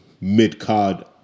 mid-card